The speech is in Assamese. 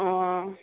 অঁ